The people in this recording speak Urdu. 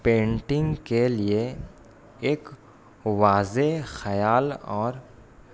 پینٹنگ کے لیے ایک واضح خیال اور